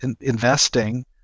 investing